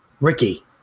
Ricky